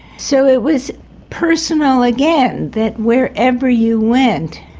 so it was personal again, that wherever you went,